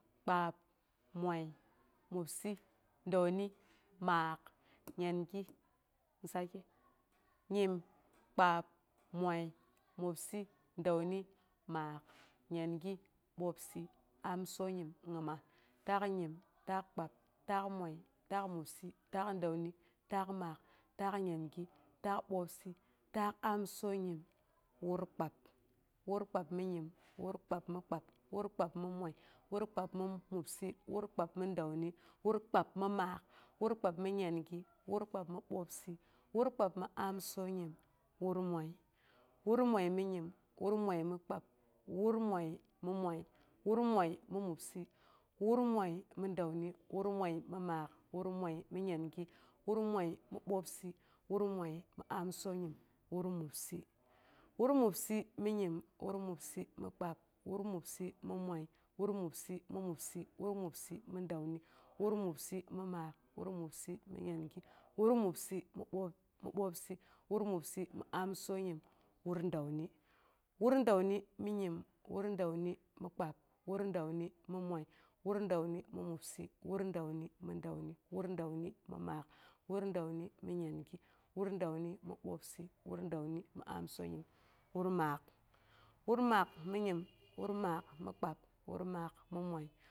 Kpab, moi mobsɨ dəuni, maak, nyangi, nyim, kpab, moi mobsɨ dəuni, maak, nyangi, mobsɨ amsonyim ngimas. Taak nyim taak kpab, taakmoi taak mobsi, taak dəuni, taak maak, taak nyangi, taak bwoobsɨ, taak amsonyim, wur kpab. Wur kpabmi nyim wur kpab mi kpab, wur kpab mi moi, wur kpab mi mobsɨ, wur kpab mi dəani, wur kpab mi maak, wur kpab mi nyangi, wur kpab mi mobsɨ wur kpab mi amsonyim, wur moi, wur moi i nyim wur moi mi kpab wur moi mi moi, wur mii mi mobsɨ, wur moi mi dəuni wur moi mi maak, wur moi mi nyangi, wur moi, mi bwoobsɨ, wur moi mi amsonyim, wur mobsi. Wur mobsi mi nyim, wur mobsɨ kpab, wur mobsɨ mi moi wur mobsɨ mi mobsɨ, wur mobsɨ mi duəni wur mobsɨ mi maak wur mobsɨ mi nyangi wur mobsɨ mi bwok- mi bwobsɨ wur mobsɨ mi amsonyim wur dəuni. wur dəuni mi nyim wur dəuni mi kpab, wur dəuni mi moi, wur dəuni mi mobsɨ, wur dəuni mi dəuni, wur dəuni mi maak wur dəuni mi nyangi, wur dəuni mi bwoobsɨ wur dəuni mi amsonyim, wur maak. Wur maak mi nyim, wur mak mi kpab wur maak mi moi